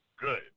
good